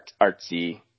artsy